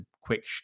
quick